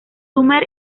summer